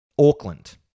Auckland